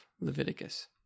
Leviticus